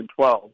2012